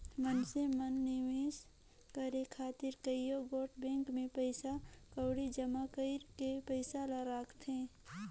मइनसे मन निवेस करे खातिर कइयो गोट बेंक में पइसा कउड़ी जमा कइर के पइसा ल राखथें